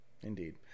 Indeed